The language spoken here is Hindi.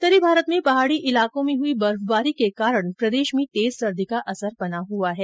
उत्तरी भारत में पहाड़ी इलाकों में हुई बर्फबारी के कारण प्रदेश में तेज सर्दी का असर बना हुआ है